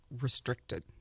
restricted